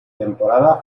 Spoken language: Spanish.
temporada